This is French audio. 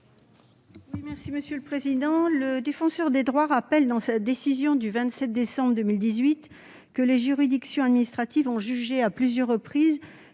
l'amendement n° 387. Le Défenseur des droits rappelle, dans sa décision du 27 décembre 2018, que les juridictions administratives ont jugé à plusieurs reprises